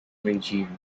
regime